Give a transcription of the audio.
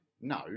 No